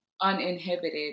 uninhibited